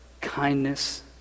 kindness